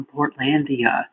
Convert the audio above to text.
Portlandia